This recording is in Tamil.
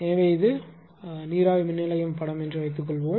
எனவே இது படம் நீராவி மின் நிலையம் என்று வைத்துக்கொள்வோம்